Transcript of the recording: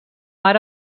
ara